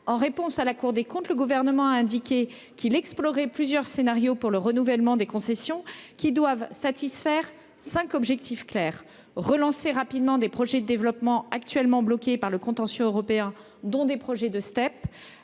en réponse à la Cour des comptes, le gouvernement a indiqué qu'il explorait plusieurs scénarios pour le renouvellement des concessions qui doivent satisfaire 5 objectifs clairs relancer rapidement des projets de développement, actuellement bloqué par le contentieux européens dont des projets de step